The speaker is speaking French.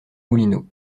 moulineaux